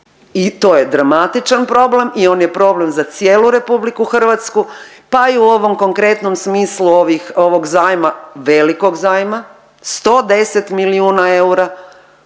i to je dramatičan problem i on je problem za cijelu RH pa i u ovom konkretnom smislu ovih, ovog zajma, velikog zajma 110 milijuna eura